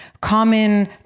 common